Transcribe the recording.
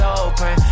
open